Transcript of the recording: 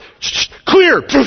clear